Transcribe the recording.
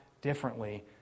differently